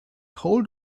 hold